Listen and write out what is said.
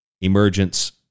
emergence